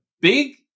big